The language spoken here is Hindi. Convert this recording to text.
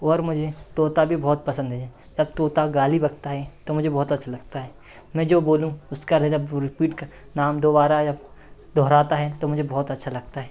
ओर मुझे तोता भी बहुत पसंद है जब तोता गाली बकता है तो मुझे बहुत अच्छा लगता है मैं जो बोलूँ उसका वो रिपीट कर नाम दोबारा जब दोहराता है तो मुझे बहुत अच्छा लगता है